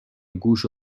گوش